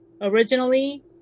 originally